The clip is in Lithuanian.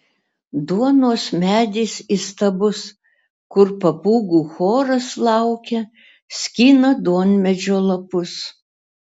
duonos medis įstabus kur papūgų choras laukia skina duonmedžio lapus